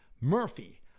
Murphy